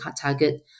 target